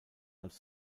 als